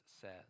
says